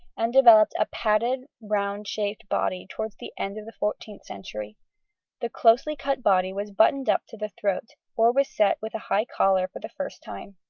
and developed a padded round-shaped body towards the end of the fourteenth century the closely-cut body was buttoned up to the throat, or was set with a high collar for the first time.